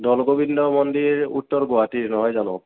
দৌল গোবিন্দ মন্দিৰ উত্তৰ গুৱাহাটীৰ নহয় জানোঁ